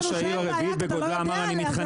דחיית מועדים אוטומטית תביא לך את הפתרון.